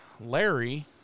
Larry